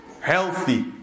healthy